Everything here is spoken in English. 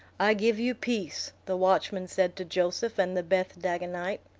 i give you peace, the watchman said to joseph and the beth dagonite.